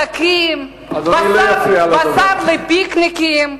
ממתקים, בשר לפיקניקים,